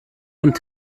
und